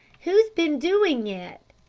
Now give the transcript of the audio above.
who has been doing it?